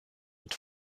und